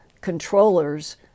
controllers